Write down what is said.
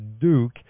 Duke